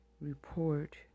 report